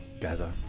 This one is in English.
Gaza